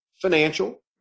Financial